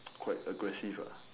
quite aggressive ah